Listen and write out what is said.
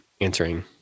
answering